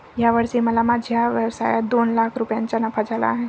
या वर्षी मला माझ्या व्यवसायात दोन लाख रुपयांचा नफा झाला आहे